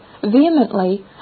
vehemently